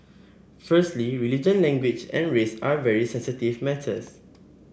firstly religion language and race are very sensitive matters